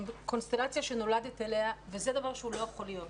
וקונסטלציה שנולדת אליה וזה דבר שלא יכול להיות.